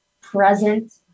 present